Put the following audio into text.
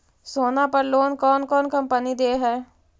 सोना पर लोन कौन कौन कंपनी दे है?